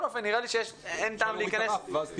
אופן נראה לי שאין טעם להיכנס לזה עכשיו.